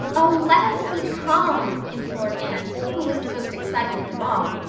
oh, let us keep calm, implored anne, who was the most excited of them all,